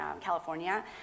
California